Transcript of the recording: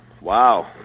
Wow